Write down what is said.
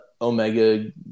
Omega